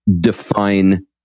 define